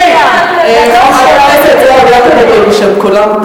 חברת הכנסת זועבי, אל תדברי בשם כולם.